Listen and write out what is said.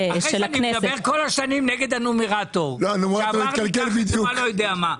אחרי שאני מדבר כל השנים נגד הנומרטור שעבר מתחת ללא יודע מה.